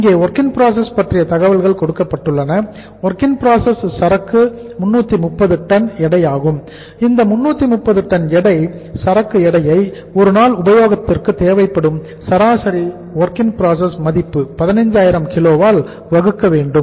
இங்கே WIP பற்றிய தகவல்கள் கொடுக்கப்பட்டுள்ளன WIP சரக்கு 330 டன் சரக்கு எடையை ஒரு நாள் உபயோகத்திற்கு தேவைப்படும் சராசரி WIP மதிப்பு 15000 kgs ஆல் வகுக்க வேண்டும்